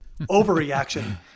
overreaction